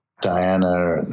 Diana